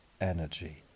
energy